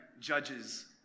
judges